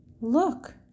Look